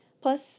Plus